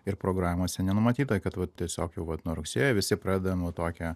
ir programose nenumatyta kad vat tiesiog jau vat nuo rugsėjo visi pradeda nu tokią